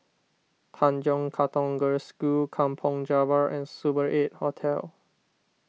Tanjong Katong Girls' School Kampong Java and Super eight Hotel